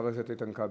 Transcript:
חבר הכנסת איתן כבל.